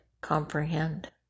comprehend